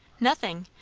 nothing.